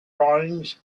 drawings